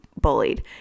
bullied